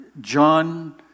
John